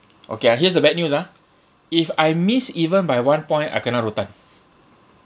okay ah here's the bad news ah if I miss even by one point I kena rotan